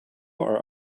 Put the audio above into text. are